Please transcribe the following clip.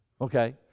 Okay